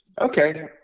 Okay